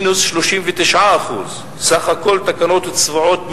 מינוס 39%; סך הכול תקנות צבועות,